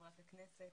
חברת הכנסת,